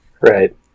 Right